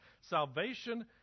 salvation